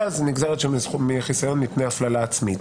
היא נגזרת מחיסיון מפני הפללה עצמית